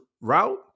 route